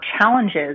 challenges